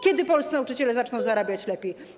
Kiedy polscy nauczyciele zaczną zarabiać lepiej?